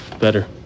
Better